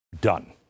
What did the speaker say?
Done